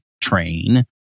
train